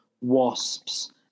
Wasps